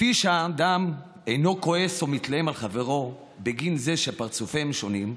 כפי שהאדם אינו כועס או מתלהם על חבריו בגין זה שפרצופיהם שונים,